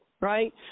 Right